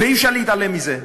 ואי-אפשר להתעלם מזה.